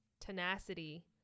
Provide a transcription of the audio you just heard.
tenacity